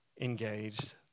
engaged